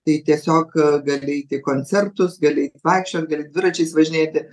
tai tiesiog gali eiti į koncertus gali eit vaikščiot gali dviračiais važinėti